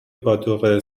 پاتوق